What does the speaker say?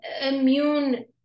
immune